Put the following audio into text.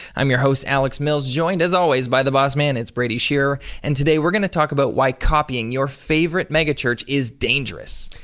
i'm your host alex mills, joined as always by the boss-man it's brady shearer and today we're gonna talk about why copying your favorite megachurch is dangerous.